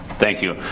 thank you.